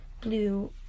blue